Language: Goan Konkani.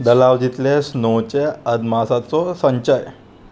दलाव जितले स्नोचे आदमासाचो संचाय